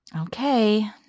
Okay